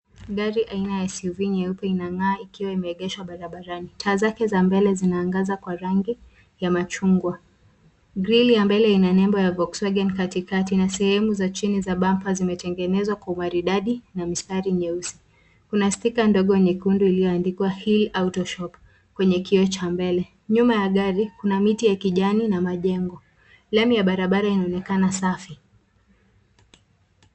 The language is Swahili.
Gari aina ya SUV nyeupe inang'aa ikiwa imeegeshwa barabarani. Taa zake za mbele zinaangaza kwa rangi ya machungwa. Grili ya mbele ina nembo ya Volkswagen katikati na sehemu za chini za bumpa zimetengenezwa kwa umaridadi na mistari nyeusi. Kuna stiker ndogo nyekundu iliyoandikwa Hill Autoshop kwenye kioo cha mbele. Nyuma ya gari kuna miti ya kijani na majengo. Lami ya barabara inaonekana safi.